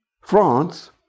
France